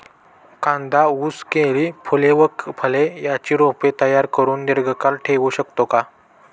कांदा, ऊस, केळी, फूले व फळे यांची रोपे तयार करुन दिर्घकाळ ठेवू शकतो का?